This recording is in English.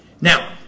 Now